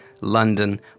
London